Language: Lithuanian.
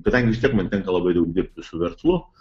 kadangi vis tiek man tenka labai daug dirbti su verslu